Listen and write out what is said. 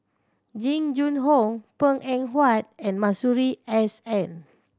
Jing Jun Hong Png Eng Huat and Masuri S N